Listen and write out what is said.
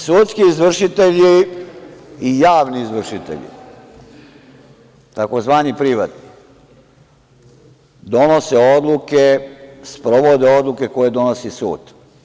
Sudski izvršitelji i javni izvršitelji, tzv. privatni, donose odluke, sprovode odluke koje donosi sud.